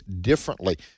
differently